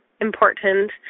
important